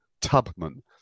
Tubman